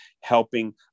helping